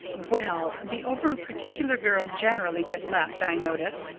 well, the over-particular girls generally get left, i notice.